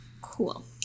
Cool